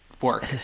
work